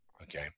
Okay